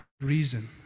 reason